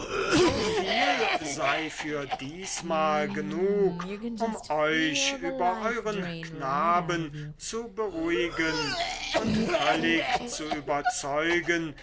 so viel sei für diesmal genug um euch über euren knaben zu beruhigen und völlig zu überzeugen